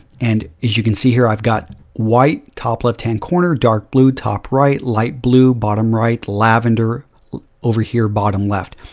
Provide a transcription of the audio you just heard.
and as you can see here, iive got white top left tan corner, dark blue top right, light blue bottom right, lavender over here bottom left.